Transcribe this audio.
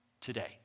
today